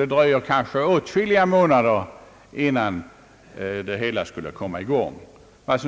Därför dröjer det kanske åtskilliga månader innan det hela kommer i gång. Herr